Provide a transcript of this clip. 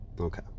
okay